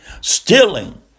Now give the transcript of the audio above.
Stealing